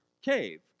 cave